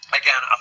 again